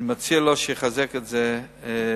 אני מציע לו שיחזק אותה פנימה.